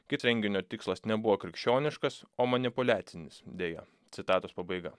kits renginio tikslas nebuvo krikščioniškas o manipuliacinis deja citatos pabaiga